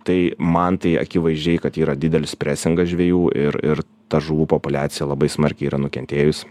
tai man tai akivaizdžiai kad yra didelis presingas žvejų ir ir ta žuvų populiacija labai smarkiai yra nukentėjus